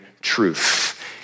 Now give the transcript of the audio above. truth